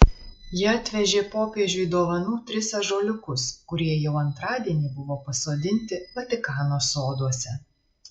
jie atvežė popiežiui dovanų tris ąžuoliukus kurie jau antradienį buvo pasodinti vatikano soduose